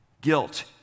Guilt